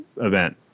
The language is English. event